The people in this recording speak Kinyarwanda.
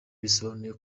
bisobanuye